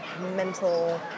mental